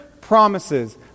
promises